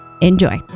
Enjoy